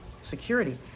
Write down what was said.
security